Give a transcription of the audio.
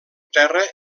terra